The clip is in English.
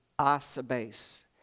asabase